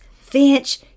Finch